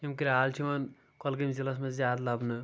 یِم کرٛال چھِ یِوان کۄلگٲم ضِلعَس منٛز زیادٕ لَبنہٕ